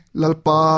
lalpa